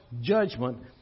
judgment